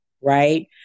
right